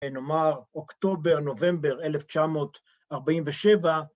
‫נאמר, אוקטובר, נובמבר 1947,